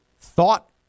thought